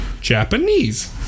Japanese